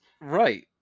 Right